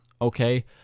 Okay